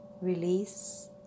Release